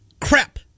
Crap